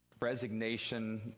resignation